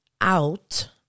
out